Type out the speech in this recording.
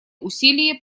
усилия